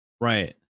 Right